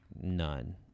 none